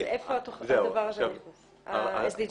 אז איפה הדבר הזה עומד, ה-SDGs?